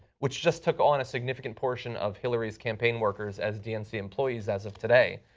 which just took on a significant portion of hillary's campaign workers as dnc employees as of today,